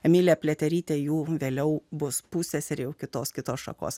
emilija pliaterytė jų vėliau bus pusseserė o kitos kitos šakos